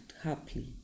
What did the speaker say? happily